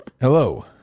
Hello